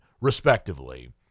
respectively